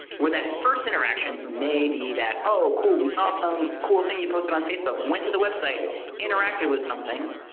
where that first interaction may be that oh cool, we saw some cool thing you posted on facebook. we went to the website, interacted with something.